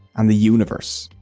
and the universe.